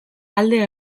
alde